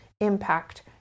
impact